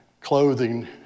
clothing